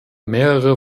mehrere